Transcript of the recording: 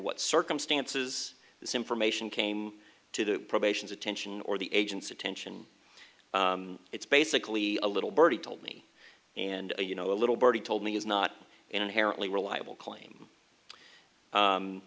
what circumstances this information came to the probations attention or the agents attention it's basically a little birdie told me and you know a little birdie told me is not an inherently reliable claim